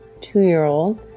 two-year-old